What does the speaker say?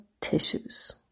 tissues